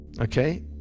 Okay